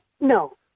No